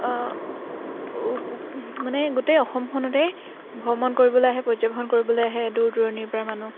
মানে গোটেই অসমখনতে ভ্ৰমণ কৰিবলৈ আহে পৰ্যবেক্ষণ কৰিবলৈ আহে দূৰ দূৰণিৰ পৰা মানুহ